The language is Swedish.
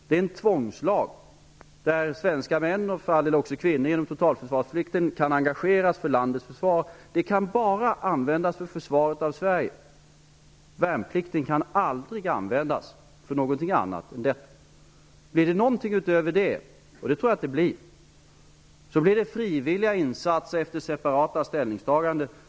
Det är en tvångslag där svenska män -- och för all del också kvinnor -- genom totalförsvarsplikten kan engageras för landets försvar. Värnplikten kan bara användas för försvar av Sverige. Den kan aldrig användas för någonting annat än detta. Om det blir någonting utöver detta -- och det tror jag -- blir det frivilliga insatser efter separata ställningstaganden.